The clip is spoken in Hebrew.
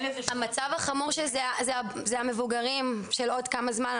המצב החמור זה המבוגרים של עוד כמה זמן,